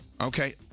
Okay